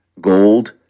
gold